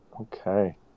Okay